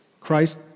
Christ